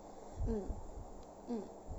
mm mm